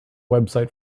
website